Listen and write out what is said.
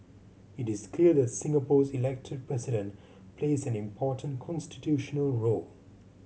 it is clear that Singapore's Elected President plays an important constitutional role